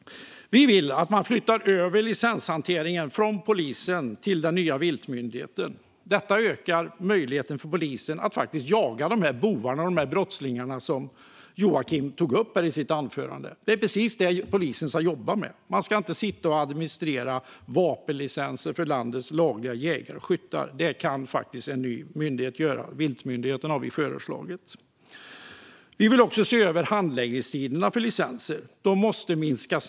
Vi vill att man flyttar över licenshanteringen från polisen till den nya viltmyndigheten. Detta skulle öka möjligheten för polisen att faktiskt jaga dessa bovar och brottslingar, som Joakim tog upp i sitt anförande. Det är precis det polisen ska jobba med; de ska inte sitta och administrera vapenlicenser för landets lagliga jägare och skyttar. Det kan faktiskt en ny myndighet göra - vi har ju föreslagit viltmyndigheten. Vi vill också att handläggningstiderna för licenserna ses över. De måste minskas.